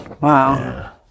Wow